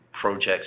projects